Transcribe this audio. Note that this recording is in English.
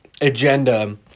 agenda –